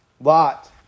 Lot